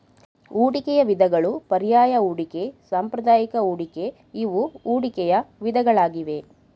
ಹೂಡಿಕೆಯ ವಿಧಗಳು ಪರ್ಯಾಯ ಹೂಡಿಕೆ, ಸಾಂಪ್ರದಾಯಿಕ ಹೂಡಿಕೆ ಇವು ಹೂಡಿಕೆಯ ವಿಧಗಳಾಗಿವೆ